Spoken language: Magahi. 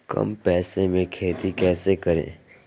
कम पैसों में खेती कैसे करें?